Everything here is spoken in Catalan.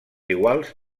iguals